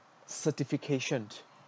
certification